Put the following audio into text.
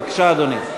בבקשה, אדוני.